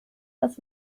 das